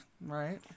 Right